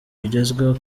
bigezweho